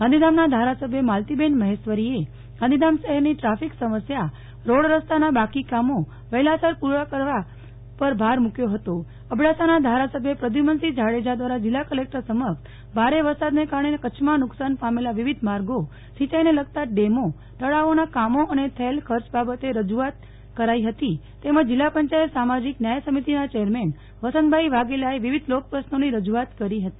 ગાંધીધામના ધારાસભ્ય માલતીબેન મહેશ્વરીએ ગાંધીધામ શહેરની દ્રાફિક સમસ્યા રોડ રસ્તાના બાકી કામો વહેલાસર પૂ ર્ણ કરવા પર ભાર મૂ કથો હતો અબડાસાના ધારાસભ્ય પ્રદ્યુ મનસિંહ જાડેજા દ્વારા જિલ્લા કલેકટર સમક્ષ ભારે વરસાદને કારણે કચ્છમાં નુકશાન પામેલા વિવિધ માર્ગો સિંચાઇને લગતા ડેમો તળાવોના કામો અને થયેલ ખર્ચ બાબતે રજુઆત કરાઈ હતી તેમજ જિલ્લા પંચાયત સામાજીક ન્યાય સમિતિના ચેરમેન વસંતભાઈ વાઘેલાએ વિવિધ લોકપ્રશ્નોની રજૂઆત કરી હતી